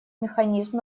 механизм